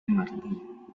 martín